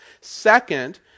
Second